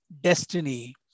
destiny